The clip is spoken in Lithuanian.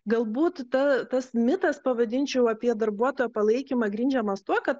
galbūt ta tas mitas pavadinčiau apie darbuotojo palaikymą grindžiamas tuo kad